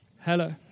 Hello